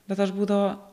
bet aš būdavo